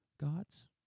gods